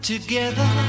Together